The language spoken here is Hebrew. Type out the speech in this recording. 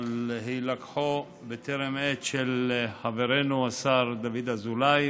על הילקחו בטרם עת של חברנו השר דוד אזולאי,